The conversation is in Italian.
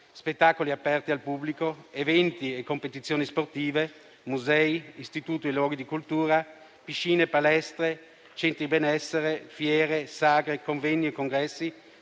spettacoli aperti al pubblico, eventi e competizioni sportive, musei, istituti e luoghi di cultura, piscine, palestre, centri benessere, fiere, sagre, convegni e congressi,